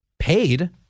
Paid